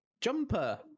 Jumper